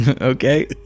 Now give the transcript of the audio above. Okay